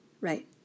right